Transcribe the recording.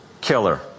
killer